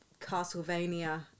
Castlevania